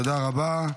תודה רבה.